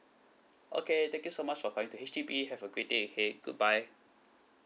okay thank you so much for calling to H_D_B have a great day okay goodbye